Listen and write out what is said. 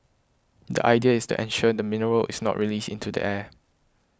the idea is to ensure the mineral is not released into the air